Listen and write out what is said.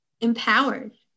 empowered